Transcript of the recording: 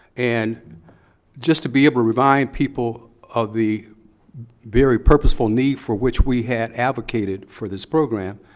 and just to be able to remind people of the very purposeful need for which we had advocated for this program,